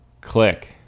click